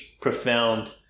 profound